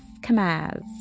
kamaz